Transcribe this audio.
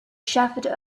shepherd